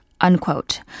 unquote